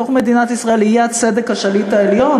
בתוך מדינת ישראל יהיה הצדק השליט העליון,